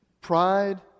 pride